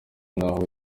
naho